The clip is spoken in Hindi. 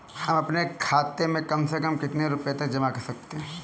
हम अपने खाते में कम से कम कितने रुपये तक जमा कर सकते हैं?